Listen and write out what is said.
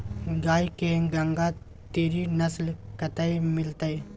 गाय के गंगातीरी नस्ल कतय मिलतै?